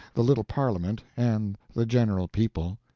the little parliament, and the general people.